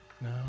No